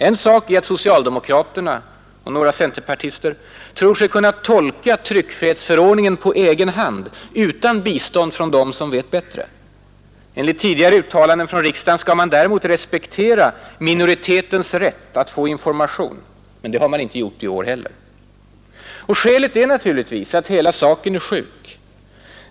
En sak är att socialdemokraterna och några centerpartister tror sig kunna tolka tryckfrihetsförordningen på egen hand utan bistånd från dem som vet bättre. Enligt tidigare uttalanden från riksdagen skall man däremot respektera minoritetens rätt att få information. Det har man inte gjort i år heller. Och skälet är naturligtvis att hela saken är sjuk.